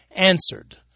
answered